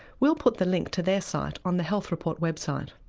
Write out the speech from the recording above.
we'll put the link to their site on the health report website.